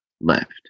left